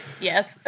Yes